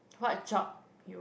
what job you